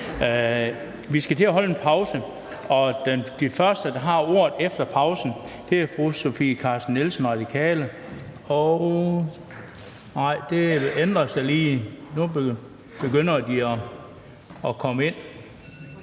Vi skal til at holde en pause, og den første, der har ordet efter pausen, er fru Sofie Carsten Nielsen, Radikale. Nej, det har ændret sig, for nu begynder de forskellige